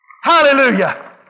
Hallelujah